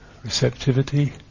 receptivity